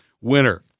winner